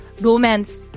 romance